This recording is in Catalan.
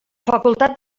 facultat